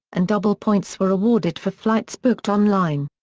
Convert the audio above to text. and double points were awarded for flights booked online.